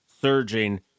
surging